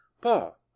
Paul